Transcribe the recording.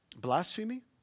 Blasphemy